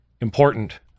important